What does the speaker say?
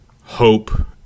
hope